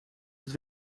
het